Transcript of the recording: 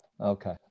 Okay